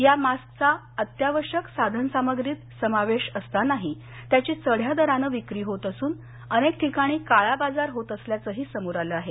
या मास्कचा अत्यावश्यक साधनसामग्रीत समावेश असतानाही त्याची चढ्या दरानं विक्री होत असून अनेक ठिकाणी काळा बाजार होत असल्याचंही समोर आलं आहे